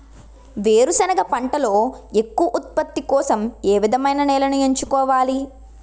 వేరుసెనగ పంటలో ఎక్కువ ఉత్పత్తి కోసం ఏ విధమైన నేలను ఎంచుకోవాలి?